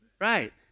right